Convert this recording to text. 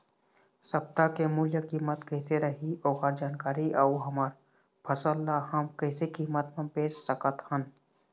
सप्ता के मूल्य कीमत कैसे रही ओकर जानकारी अऊ हमर फसल ला हम कैसे कीमत मा बेच सकत हन?